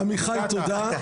עמיחי, תודה.